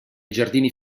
giardini